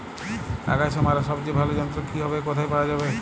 আগাছা মারার সবচেয়ে ভালো যন্ত্র কি হবে ও কোথায় পাওয়া যাবে?